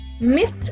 Myth